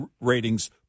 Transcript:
ratings